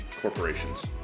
corporations